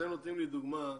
אתם נותנים לי דוגמה,